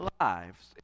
lives